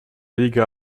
лиги